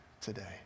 today